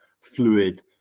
fluid